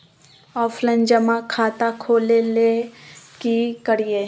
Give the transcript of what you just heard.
Offline जमा खाता खोले ले की करिए?